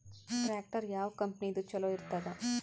Tractor ಯಾವ ಕಂಪನಿದು ಚಲೋ ಇರತದ?